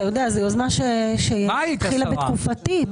זו יוזמה שהתחילה בתקופתי.